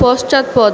পশ্চাৎপদ